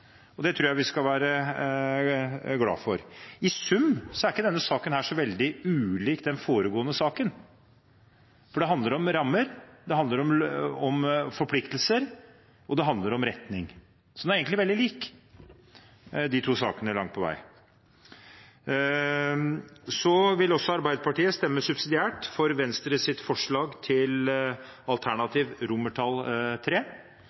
og det tror jeg vi skal være glade for. I sum er ikke denne saken så veldig ulik den foregående saken. For det handler om rammer, det handler om forpliktelser, og det handler om retning. Så de to sakene er egentlig langt på vei veldig like. Så vil også Arbeiderpartiet stemme subsidiært for Venstres forslag til alternativ